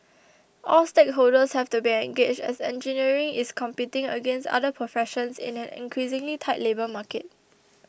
all stakeholders have to be engaged as engineering is competing against other professions in an increasingly tight labour market